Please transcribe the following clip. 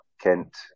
Kent